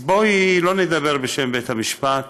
אז בואי לא נדבר בשם בית המשפט.